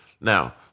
Now